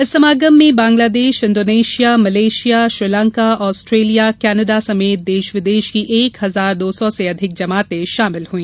इस समागम में Bangladesh Indonesia Malaysia Sri Lanka Australia Canada समेत देश विदेश की एक हजार दो सौ से अधिक जमाते शामिल हुई